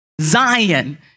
Zion